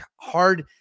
hard